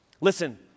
Listen